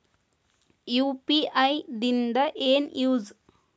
UPI ದಿಂದ ಏನು use?